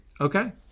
Okay